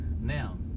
now